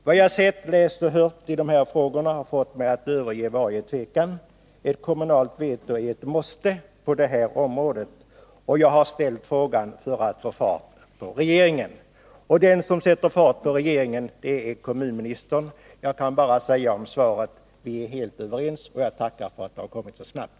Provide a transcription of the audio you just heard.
Vad jag sett, läst och hört i de här frågorna har fått mig att överge varje tvekan: ett kommunalt veto är ett måste på det här området. Jag har ställt frågan för att få fart på regeringen. Och den som skall sätta fart på regeringen är kommunministern. Jag kan om svaret bara säga: Vi är helt överens, och jag tackar för att det har kommit så snabbt!